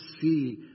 see